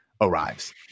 arrives